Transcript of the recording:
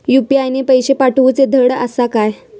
UPI ने पैशे पाठवूचे धड आसा काय?